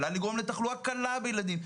יכולה לגרום לתחלואה קלה בילדים.